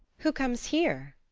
who comes here?